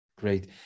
Great